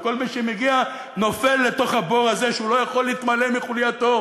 וכל מי שמגיע נופל לתוך הבור הזה שהוא לא יכול להתמלא מחולייתו,